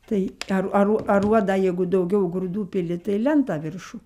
tai ar ar aruodą jeigu daugiau grūdų pili tai lentą viršų